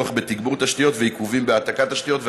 צורך בתגבור תשתיות ועיכובים בהעתקת תשתיות.